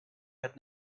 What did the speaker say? had